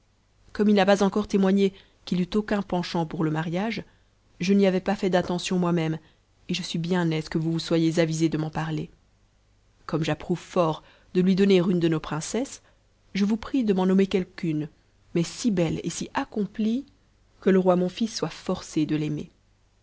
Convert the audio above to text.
comme il n'a pas encore témoigne qu'il eût aucun penchant pour le mariage je n'y avais pas fait d'attention moi-même et je suis bien aise nue vous vous soyez avisé de m'en parier comme j'approuve fort de lui donner une de nos princesses je vous prie de m'en nommer quelqu'une mais si belle et si accomplie que le roi mon fils soit forcé de l'aimer